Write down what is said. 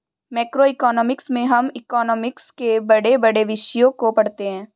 macroeconomics में हम economics के बड़े बड़े विषयों को पढ़ते हैं